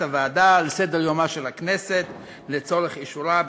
הוועדה על סדר-יומה של הכנסת לצורך אישורה.